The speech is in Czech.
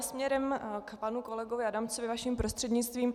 Směrem k panu kolegovi Adamcovi, vaším prostřednictvím.